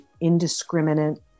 indiscriminate